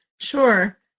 Sure